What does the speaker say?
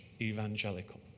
evangelical